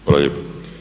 Hvala lijepa.